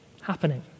happening